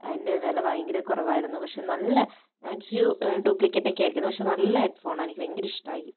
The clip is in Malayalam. അതിൻ്റെ വില ഭയങ്കര കുറവായിരുന്നു പക്ഷെ നല്ല ഞാൻ വെച്ചു ഡ്യൂപ്ലിക്കേറ്റ് ഒക്കെ ആയിരിക്കുമെന്ന് പക്ഷെ നല്ല ഹെഡ് ഫോൺ എനിക്ക് ഭയങ്കര ഇഷ്ടമായി